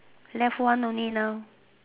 left one only now